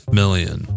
million